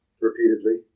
repeatedly